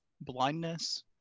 Blindness